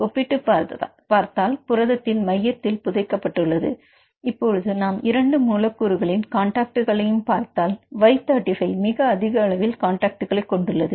ஒப்பிட்டுப் பார்த்தால் புரதத்தின் மையத்தில் புதைக்கப்பட்டுள்ளது இப்பொழுது நாம் இரண்டு மூலக்கூறுகளின் கான்டாக்ட்களை பார்த்தால் Y 35 மிக அதிக அளவில் கான்டாக்ட்களை கொண்டுள்ளது